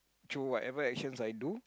through whatever actions I do